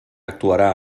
actuarà